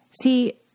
See